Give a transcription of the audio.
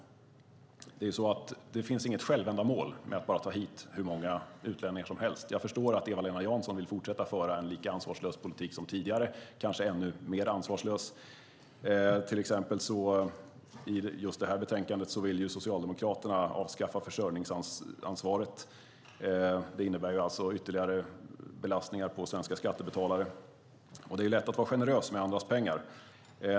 Det finns inget självändamål med att ta hit hur många utlänningar som helst. Jag förstår att Eva-Lena Jansson vill fortsätta föra en lika ansvarslös politik som tidigare, kanske ännu mer ansvarslös. I detta betänkande vill Socialdemokraterna avskaffa försörjningsansvaret, vilket innebär ytterligare belastning på svenska skattebetalare. Det är lätt att vara generös med andras pengar.